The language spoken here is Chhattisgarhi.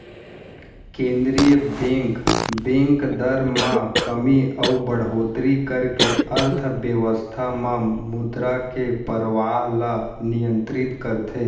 केंद्रीय बेंक, बेंक दर म कमी अउ बड़होत्तरी करके अर्थबेवस्था म मुद्रा के परवाह ल नियंतरित करथे